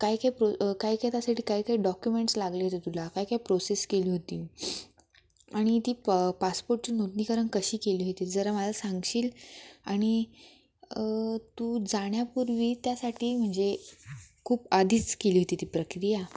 काय काय प्रो काय काय त्यासाठी काय काय डॉक्युमेंट्स लागले होते तुला काय काय प्रोसेस केली होती आणि ती प पासपोर्टची नुतनीकरण कशी केली होती जरा मला सांगशील आणि तू जाण्यापूर्वी त्यासाठी म्हणजे खूप आधीच केली होती ती प्रक्रिया